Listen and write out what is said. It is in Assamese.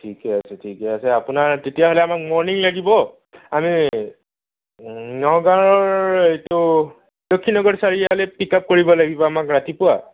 ঠিকে আছে ঠিকে আছে অপোনাৰ তেতিয়াহ'লে আমাক মৰ্ণিং লাগিব আমি নগাঁৱৰ এইটো লক্ষীনগৰ চাৰিআলিত পিক আপ কৰিব লাগিব আমাক ৰাতিপুৱা